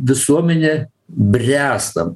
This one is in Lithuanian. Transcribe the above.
visuomenė bręstam